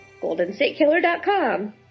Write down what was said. goldenstatekiller.com